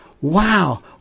wow